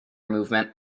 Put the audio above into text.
movement